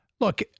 Look